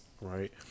right